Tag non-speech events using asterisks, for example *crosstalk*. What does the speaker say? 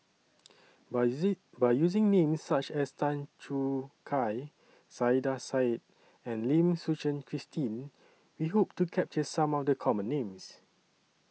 By *unintelligible* By using Names such as Tan Choo Kai Saiedah Said and Lim Suchen Christine We Hope to capture Some of The Common Names